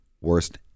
worst